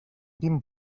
vint